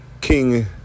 king